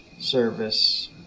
service